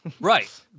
right